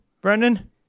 brendan